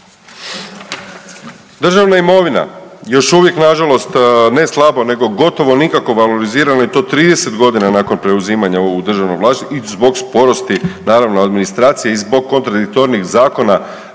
Državna imovina, još uvijek nažalost ne slabo nego gotovo nikako valorizirana i to 30 godina nakon preuzima u državno vlasništvo i zbog sporosti naravno administracije i zbog kontradiktornih zakona